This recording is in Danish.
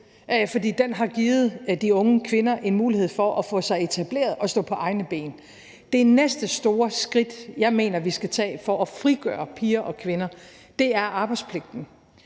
den har givet de unge kvinder en mulighed for at få sig etableret og stå på egne ben. Det næste store skridt, jeg mener vi skal tage for at frigøre piger og kvinder, er indførelsen